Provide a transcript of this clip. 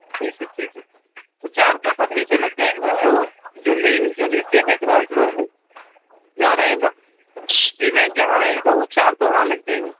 ٹھیک ہے ٹھیک ہے سر تو چار فٹ سر نیچے لگ جائیں گے تو جو مین جو نیچے ہے گراؤنڈ فلور ہے جہاں رہے گا ایونٹ جہاں رہے گا وہ چار تو وہاں لگ جائیں گے